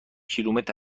کیلومتر